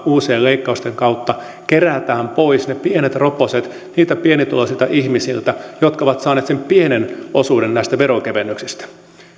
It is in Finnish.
uusien leikkausten kautta kerätään pois ne pienet roposet niiltä pienituloisilta ihmisiltä jotka ovat saaneet sen pienen osuuden näistä veronkevennyksistä